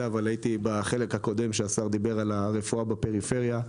אבל הייתי בחלק הקודם כשהשר דיבר על הרפואה בפריפריה,